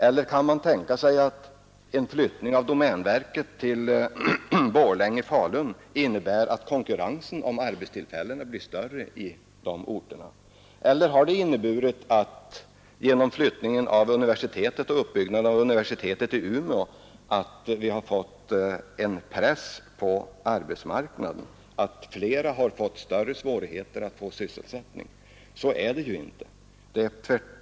Eller kan man tänka sig att en flyttning av domänverket till Borlänge-Falun skulle innebära att konkurrensen om arbetstillfällena blir större i de orterna? Eller har flyttningen och uppbyggnaden av universitetet i Umeå inneburit att vi fått en press på arbetsmarknaden, att flera har fått större svårigheter att få sysselsättning? Så är det ju inte.